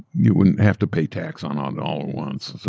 you wouldn't have to pay tax on on all at once,